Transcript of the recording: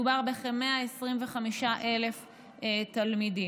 מדובר בכ-125,000 תלמידים.